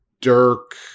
Dirk